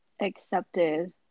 accepted